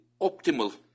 optimal